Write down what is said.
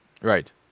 Right